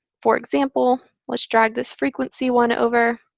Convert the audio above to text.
for example, let's drag this frequency one over.